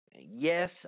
Yes